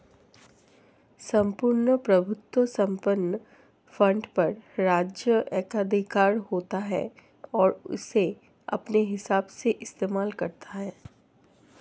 सम्पूर्ण प्रभुत्व संपन्न फंड पर राज्य एकाधिकार होता है और उसे अपने हिसाब से इस्तेमाल करता है